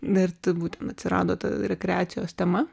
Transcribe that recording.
ir tai būtent atsirado ta rekreacijos tema